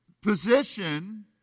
position